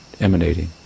emanating